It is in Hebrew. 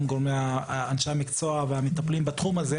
אנשי המקצוע והמטפלים בתחום הזה,